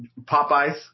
Popeyes